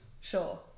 sure